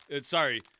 Sorry